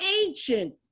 ancient